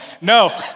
no